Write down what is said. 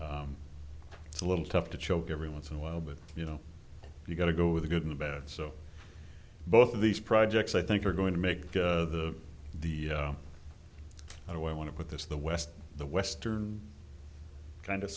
be it's a little tough to choke every once in a while but you know you've got to go with the good and bad so both of these projects i think are going to make the the i want to put this the west the western kind of